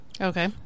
Okay